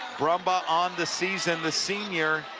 brumbaugh on the season, the senior,